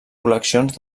col·leccions